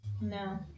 No